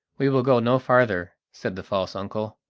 we will go no farther, said the false uncle.